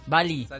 Bali